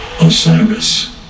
osiris